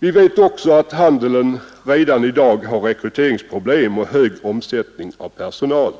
Vi vet också att handeln redan i dag har rekryteringsproblem och hög omsättning av personal.